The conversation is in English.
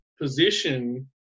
position